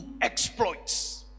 exploits